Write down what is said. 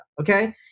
okay